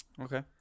Okay